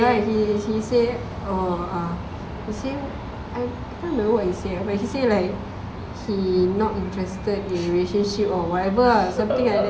ya he he say oh uh he say I don't know what to say he say like he not interested in relationship or whatever ah something like that